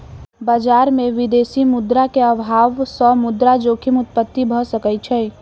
बजार में विदेशी मुद्रा के अभाव सॅ मुद्रा जोखिम उत्पत्ति भ सकै छै